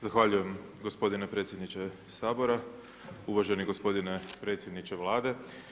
Zahvaljujem gospodine predsjedniče Sabora, uvaženi gospodine predsjedniče Vlade.